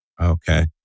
Okay